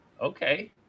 Okay